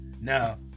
now